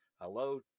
hello